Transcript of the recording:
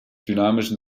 dynamischen